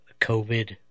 COVID